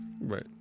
Right